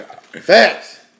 Facts